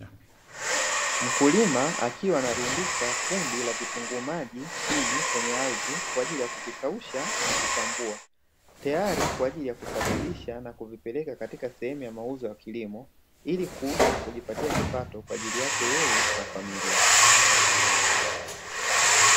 Mkulima akiwa anarundika kundi la vitunguu maji chini, kwenye ardhi kwa ajili ya kuvikausha na kuchambua, tayari kwa ajili ya kusafirisha na kupeleka katika sehemu ya mauzo ya kilimo ili kuuza na kujipatia kipato kwa ajili yake yeye na familia.